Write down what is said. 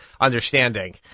understanding